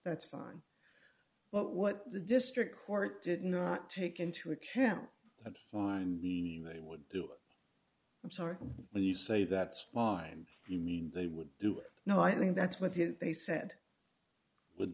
that's fine but what the district court did not take into account but mind we may would do i'm sorry when you say that spine you mean they would do it no i think that's what they said would